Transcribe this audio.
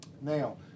Now